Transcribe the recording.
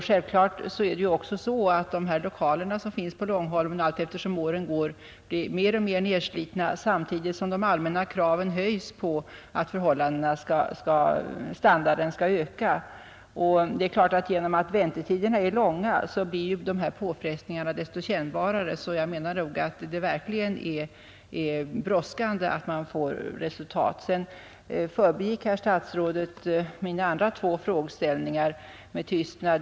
Självklart är ju också att lokalerna på Långholmen allteftersom åren går blir mer och mer nerslitna samtidigt som de allmänna kraven på standarden ökas, och genom att väntetiderna är långa blir påfrestningarna desto mer kännbara. Jag menar därför att det verkligen är brådskande att man når resultat. Mina andra två frågeställningar förbigick herr statsrådet med tystnad.